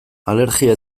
alergia